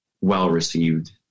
well-received